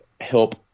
help